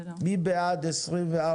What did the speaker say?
מי בעד 24,